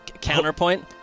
Counterpoint